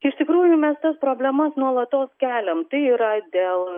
iš tikrųjų mes tas problemas nuolatos keliam tai yra dėl